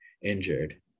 injured